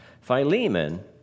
Philemon